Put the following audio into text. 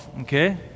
Okay